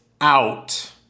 out